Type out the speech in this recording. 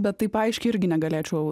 bet taip aiškiai irgi negalėčiau